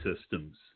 systems